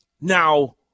Now